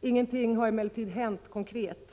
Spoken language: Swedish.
Ingenting har emellertid hänt konkret.